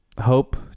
hope